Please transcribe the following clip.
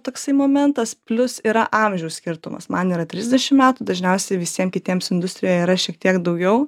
toksai momentas plius yra amžiaus skirtumas man yra trisdešimt metų dažniausiai visiem kitiems industrijoj yra šiek tiek daugiau